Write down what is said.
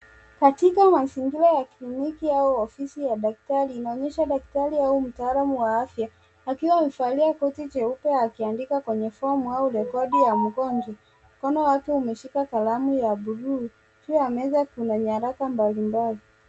Katika mazingira ya kliniki au ofisi ya daktari, inaonyesha daktari au mtaalamu wa afya akiwa amevalia koti jeupe akiandika kwenye fomu au rekodi ya mgonjwa. Mkono wake umeshika kalamu ya buluu. Juu ya meza kuna nyaraka mbalimbali.